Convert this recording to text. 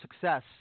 success